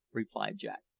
replied jack.